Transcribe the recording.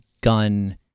gun